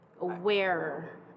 aware